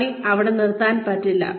പണി അവിടെ നിർത്താൻ പറ്റില്ല